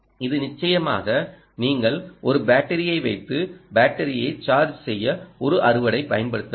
இது நிச்சயமாக நீங்கள் ஒரு பேட்டரியை வைத்து பேட்டரியை சார்ஜ் செய்ய ஒரு அறுவடை பயன்படுத்த வேண்டும்